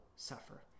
suffer